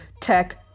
tech